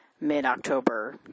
mid-October